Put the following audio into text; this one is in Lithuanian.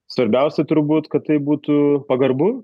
svarbiausia turbūt kad tai būtų pagarbu